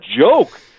joke